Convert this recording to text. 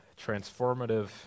transformative